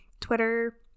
twitter